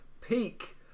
peak